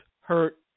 hurt